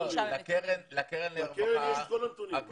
לקרן יש את כל הנתונים.